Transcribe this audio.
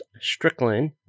Strickland